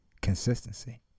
Consistency